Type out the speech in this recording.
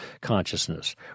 consciousness